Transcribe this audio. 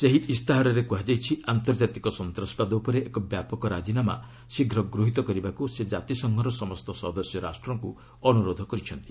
ସେହି ଇସ୍ତାହାରରେ କୁହାଯାଇଛି ଆନ୍ତର୍ଜାତିକ ସନ୍ତାସବାଦ ଉପରେ ଏକ ବ୍ୟାପକ ରାଜିନାମା ଶୀଘ୍ର ଗୃହୀତ କରିବାକୁ ସେ ଜାତିସଂଘର ସମସ୍ତ ସଦସ୍ୟ ରାଷ୍ଟ୍ରଙ୍କ ଅନୁରୋଧ କରିଛନ୍ତି